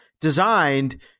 designed